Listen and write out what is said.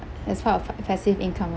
as part of fi~ passive income